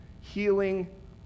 healing